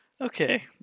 Okay